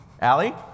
Allie